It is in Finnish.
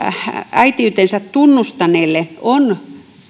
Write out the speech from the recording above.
äitiytensä tunnustaneelle on